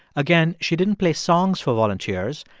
again, she didn't play songs for volunteers.